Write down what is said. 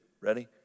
ready